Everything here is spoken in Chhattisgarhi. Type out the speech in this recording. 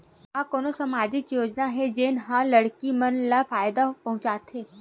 का कोई समाजिक योजना हे, जेन हा लड़की मन ला फायदा पहुंचाथे?